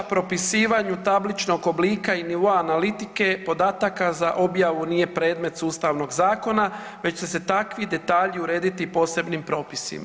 Propisivanju tabličnog oblika i nivoa analitike podataka za objavu nije predmet sustavnog zakona, već će se takvi detalji urediti posebnim propisima.